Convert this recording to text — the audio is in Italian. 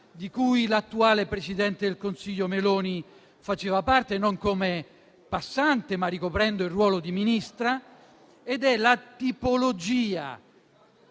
di cui l'attuale presidente del Consiglio Meloni faceva parte, non come passante ma ricoprendo il ruolo di Ministra. È la tipologia